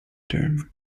term